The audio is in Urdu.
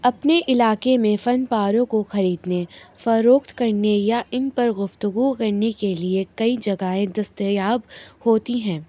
اپنے علاقے میں فن پاروں کو خریدنے فروخت کرنے یا ان پر گفتگو کرنے کے لیے کئی جگہیں دستیاب ہوتی ہیں